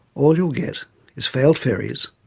all you'll get is failed ferries,